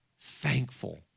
thankful